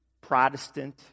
Protestant